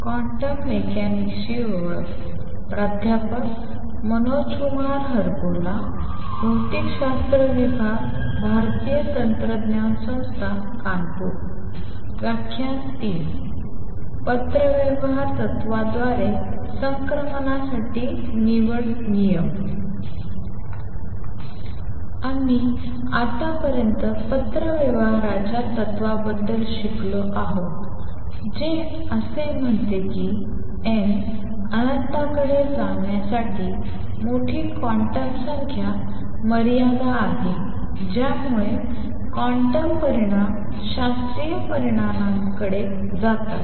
पत्रव्यवहार तत्त्वाद्वारेसंक्रमणासाठी निवड नियम आम्ही आतापर्यंत पत्रव्यवहाराच्या तत्त्वाबद्दल शिकलो आहे जे असे म्हणते की n अनंततेकडे जाण्यासाठी मोठी क्वांटम संख्या मर्यादा आहेज्यामुळे क्वांटम परिणाम शास्त्रीय परिणामांकडे जातात